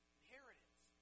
inheritance